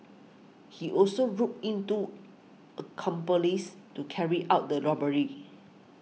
he also roped in two accomplices to carry out the robbery